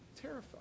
Terrified